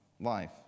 life